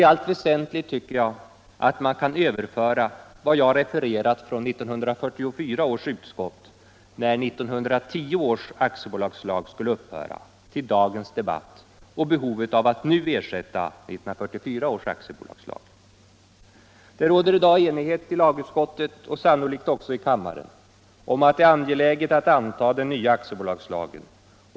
I allt väsentligt tycker jag att man kan överföra vad jag har refererat från 1944 års utskott — när 1910 års aktiebolagslag skulle upphöra — till dagens debatt och behovet av att nu ersätta 1944 års aktiebolagslag. Det råder i dag enighet i lagutskottet och sannolikt också i kammaren om att det är angeläget att anta den nya aktiebolagslagen.